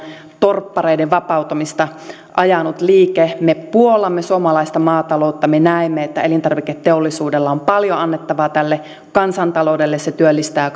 torppareiden vapautumista ajanut liike me puollamme suomalaista maataloutta me näemme että elintarviketeollisuudella on paljon annettavaa tälle kansantaloudelle se työllistää